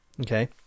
Okay